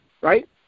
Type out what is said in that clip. right